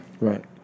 Right